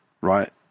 right